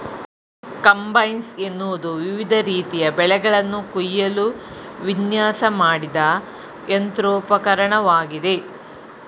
combines ಎನ್ನುವುದು ವಿವಿಧ ರೀತಿಯ ಬೆಳೆಗಳನ್ನು ಕುಯ್ಯಲು ವಿನ್ಯಾಸ ಮಾಡಿದ ಯಂತ್ರೋಪಕರಣವಾಗಿದೆ